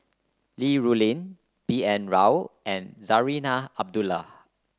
Li Rulin B N Rao and Zarinah Abdullah